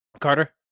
Carter